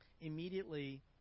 immediately